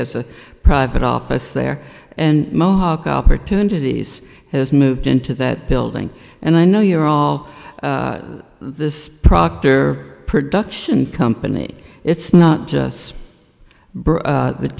has a private office there and mohawk opportunities has moved into that building and i know you're all this procter production company it's not just